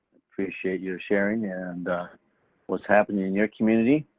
appreciate your sharing and what's happening in your community.